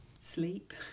Sleep